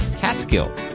Catskill